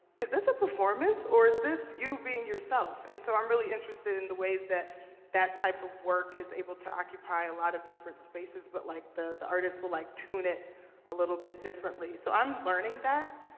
is this a performance, or is this you being yourself? and so i'm really interested in the ways that that type of work is able to occupy a lot of different spaces, but like the the artist will like tune it a little bit differently. so i'm learning that.